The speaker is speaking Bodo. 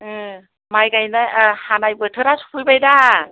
माइ गायनाय हानाय बोथोरा सौफैबाय दा